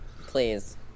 Please